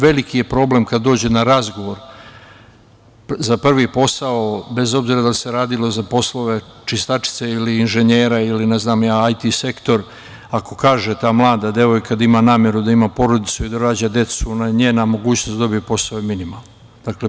Veliki je problem kada dođe na razgovor za prvi posao bez obzira da li se radi za poslove čistačice ili inženjera ili IT sektor, ako kaže ta mlada devojka da ima nameru da ima porodicu i da rađa decu, onda je njena mogućnost da dobije posao je minimalna.